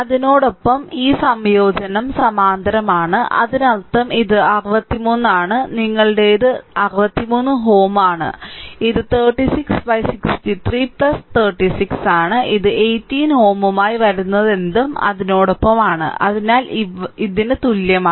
അതിനൊപ്പം ഈ സംയോജനം സമാന്തരമാണ് അതിനർത്ഥം ഇത് 63 ആണ് നിങ്ങളുടേത് 63Ω ആണ് ഇത് 3663 36 ആണ് ആ 18Ω യുമായി വരുന്നതെന്തും അതിനോടൊപ്പമാണ് അതിനാൽ ഇതിന് തുല്യമാണ്